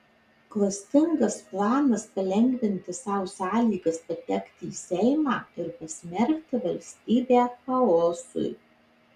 klastingas planas palengvinti sau sąlygas patekti į seimą ir pasmerkti valstybę chaosui